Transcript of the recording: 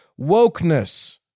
wokeness